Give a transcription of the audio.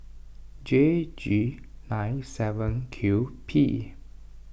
J G nine seven Q P